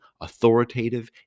authoritative